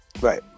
Right